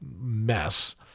mess